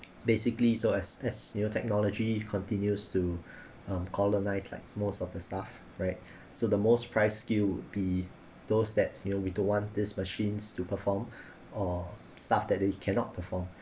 basically so as as you know technology continues to um colonise like most of the stuff right so the most price skill be those that you know we don't want this machines to perform or stuff that they cannot perform